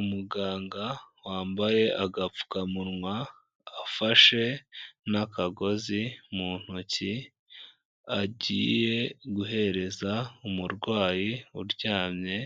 Umuganga wambaye agapfukamunwa afashe n'akagozi mu ntoki agiye guhereza umurwayi uryamye